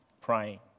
Praying